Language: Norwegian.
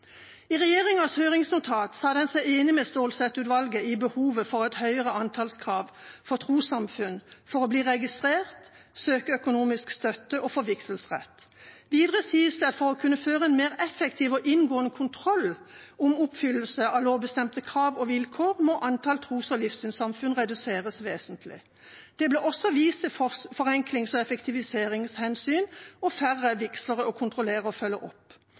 I regjeringas høringsnotat sa man seg enig med Stålsett-utvalget i behovet for et høyere antallskrav for trossamfunn for å bli registrert, søke økonomisk støtte og få vigselsrett. Videre sies det at for å kunne føre en mer effektiv og inngående kontroll med oppfyllelse av lovbestemte krav og vilkår må antall tros- og livssynssamfunn reduseres vesentlig. Det ble også vist til forenklings- og effektiviseringshensyn og færre vigslere å kontrollere og følge opp.